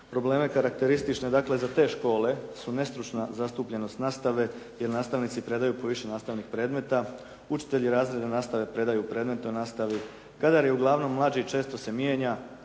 probleme karakteristične dakle za te škole su nestručna zastupljenost nastave jer nastavnici predaju po više nastavnih predmeta, učitelji razredne nastave predaju predmet o nastavi. Kadar je uglavnom mlađi i često se mijenja,